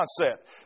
concept